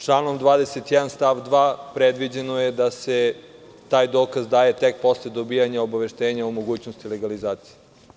Članom 21. stav 2. predviđeno je da se taj dokaz daje tek posle dobijanja obaveštenja o mogućnosti legalizacije.